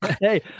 Hey